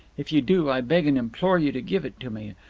if you do, i beg and implore you to give it to me.